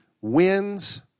wins